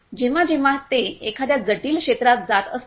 जेव्हा जेव्हा ते एखाद्या जटिल क्षेत्रात जात असतात